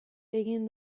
egin